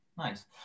Nice